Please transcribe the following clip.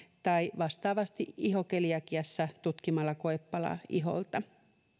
tai vastaavasti ihokeliakiassa tutkimalla koepala iholta